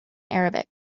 arabic